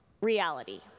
reality